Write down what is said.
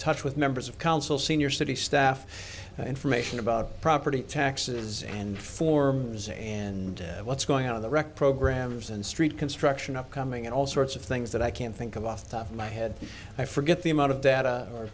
touch with members of council senior city staff information about property taxes and forms and what's going on the record programs and street construction upcoming and all sorts of things that i can't think of off the top of my head i forget the amount of data or